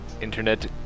internet